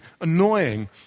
annoying